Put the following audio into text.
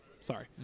Sorry